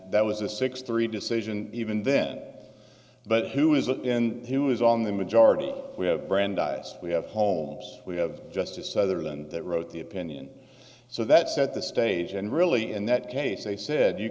that was a six three decision even then but who is in who is on the majority we have brandeis we have homes we have justice other than that wrote the opinion so that set the stage and really in that case they said you